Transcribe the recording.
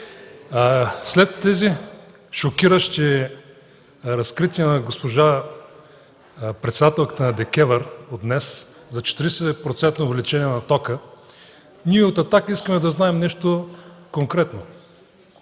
След тези шокиращи разкрития на госпожа председателката на ДКЕВР от днес – за 40-процентно увеличение на тока, ние от „Атака” искаме да знаем нещо конкретно.